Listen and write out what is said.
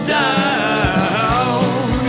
down